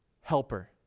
helper